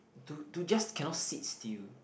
to to just cannot sit still